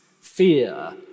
fear